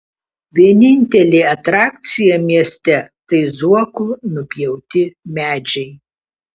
vienintelė atrakcija mieste tai zuoko nupjauti medžiai